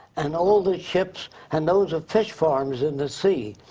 and all the ships. and those are fish farms in the sea.